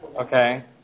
Okay